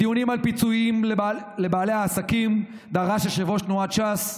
בדיונים על פיצויים לבעלי עסקים דרש יושב-ראש תנועת ש"ס,